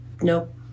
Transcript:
Nope